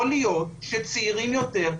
יכול להיות שצעירים יותר,